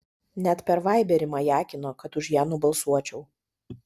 net per vaiberį majakino kad už ją nubalsuočiau